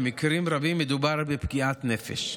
במקרים רבים מדובר בפגיעת נפש.